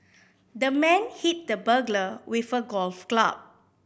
the man hit the burglar with a golf club